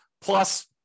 plus